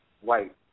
white